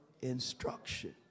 instruction